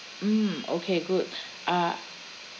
mm okay good uh